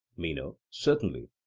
meno certainly.